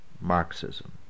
Marxism